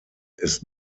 ist